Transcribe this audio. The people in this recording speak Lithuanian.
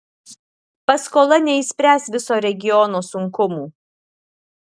paskola neišspręs viso regiono sunkumų